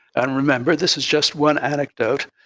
and remember this is just one anecdote.